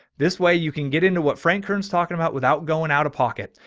this way you can get into what frank kearns talking about without going out of pocket.